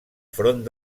front